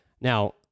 Now